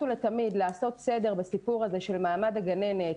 ולתמיד לעשות סדר בסיפור הזה של מעמד הגננת,